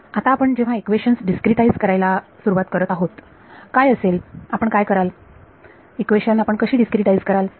आता आपण जेव्हा इक्वेशन्स डीस्क्रीटाइझ करायला सुरुवात करत आहोत काय असेल आपण काय कराल इक्वेशन आपण कशी डीस्क्रीटाइझ कराल